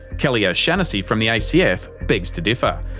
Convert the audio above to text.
kelly o'shanassy from the acf begs to differ.